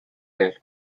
there